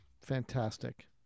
fantastic